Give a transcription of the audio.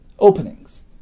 Openings